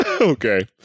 okay